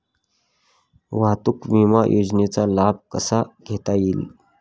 वाहतूक विमा योजनेचा लाभ कसा घेता येईल?